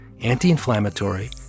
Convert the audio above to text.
anti-inflammatory